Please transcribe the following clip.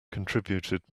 contributed